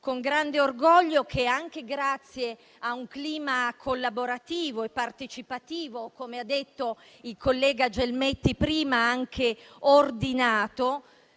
con grande orgoglio che, anche grazie a un clima collaborativo, partecipativo e - come ha detto prima il collega Gelmetti - anche ordinato,